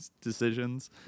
decisions